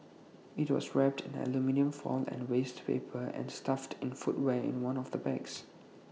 IT was wrapped aluminium foil and waste paper and stuffed in footwear in one of the bags